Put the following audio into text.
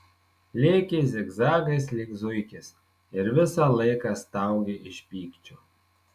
lėkė zigzagais lyg zuikis ir visą laiką staugė iš pykčio